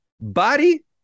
Body